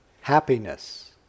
happiness